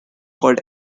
called